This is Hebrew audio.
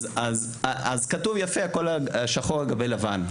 אז כתוב יפה שחור על גבי לבן.